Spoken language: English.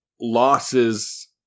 losses